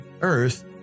earth